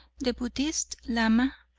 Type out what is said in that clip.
the buddhist lama,